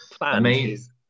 amazing